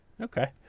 Okay